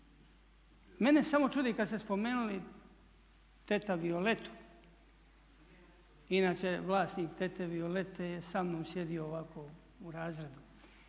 Mene samo čudi kada ste spomenuli Teta Violetu, inače vlasnik Tete Violete je samnom sjedio ovako u razredu.